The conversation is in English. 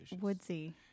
woodsy